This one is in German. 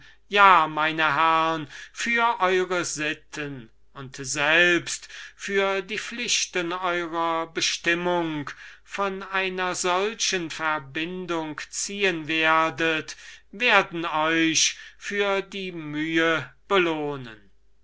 sitten ja meine herren für eure sitten und selbst für die pflichten eurer bestimmung von einer solchen verbindung ziehen werdet werden euch für die mühe belohnen